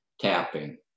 tapping